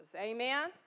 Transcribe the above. Amen